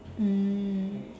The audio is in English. mm